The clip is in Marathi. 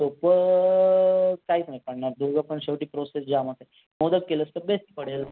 सोप्पं काहीच नाही पडणार दोघं पण शेवटी प्रोसेस जामच आहे मोदक केलेस तर बेस्ट पडेल